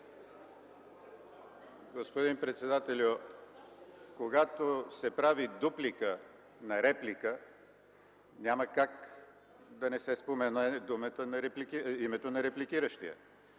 Господин председателю, когато се прави дуплика на реплика, няма как да не се спомене името на репликиращия.